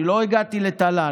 אני לא הגעתי לתל"ן.